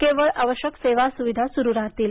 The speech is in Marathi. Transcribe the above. केवळ आवश्यक सेवा सुविधा सुरु राहतील